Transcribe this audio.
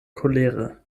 kolere